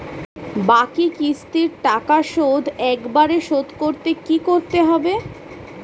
বাকি কিস্তির টাকা শোধ একবারে শোধ করতে কি করতে হবে?